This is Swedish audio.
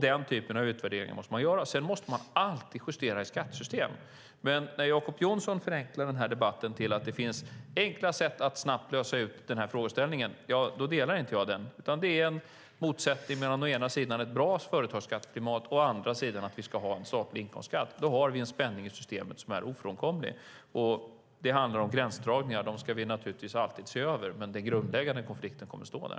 Den typen av utvärderingar måste man göra, och man måste alltid justera ett skattesystem. Jacob Johnson förenklar debatten genom att hävda att det finns enkla sätt att snabbt lösa den här frågeställningen. Det håller jag inte med om. Det är en motsättning mellan å ena sidan ett bra företagsskatteklimat och å andra sidan att vi ska ha statlig inkomstskatt. Då har vi en spänning i systemet som är ofrånkomlig. Det handlar om gränsdragningar. Dem ska vi naturligtvis alltid se över, men den grundläggande konflikten står kvar.